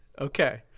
okay